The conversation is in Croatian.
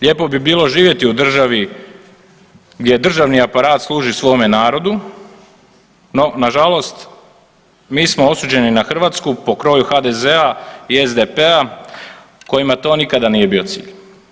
Lijepo bi bilo živjeti u državi gdje državni aparat služi svome narodu, no nažalost mi smo osuđeni na Hrvatsku po kroju HDZ-a i SDP-a kojima to nikada nije bio cilj.